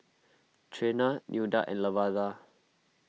Trena Nilda and Lavada